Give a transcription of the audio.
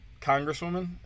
congresswoman